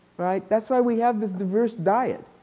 that's why we have this diverse diet.